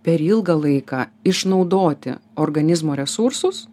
per ilgą laiką išnaudoti organizmo resursus